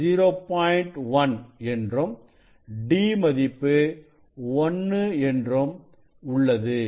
1 என்றும் d மதிப்பு 1 என்றும் உள்ளது